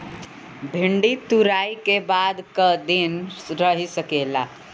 भिन्डी तुड़ायी के बाद क दिन रही सकेला?